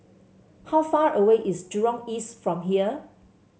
how far away is Jurong East from here